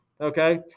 okay